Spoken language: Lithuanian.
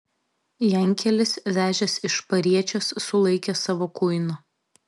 jankelis vežęs iš pariečės sulaikė savo kuiną